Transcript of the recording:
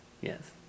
yes